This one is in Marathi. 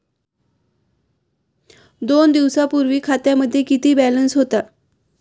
दोन दिवसांपूर्वी खात्यामध्ये किती बॅलन्स होता?